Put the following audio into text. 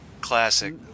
classic